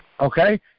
okay